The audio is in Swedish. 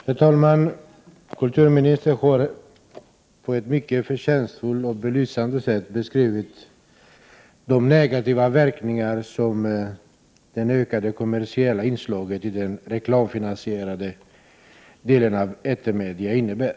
Herr talman! Kulturministern har på ett förtjänstfullt och belysande sätt beskrivit de negativa verkningar som det ökade kommersiella inslaget i den reklamfinansierade delen av etermedia innebär.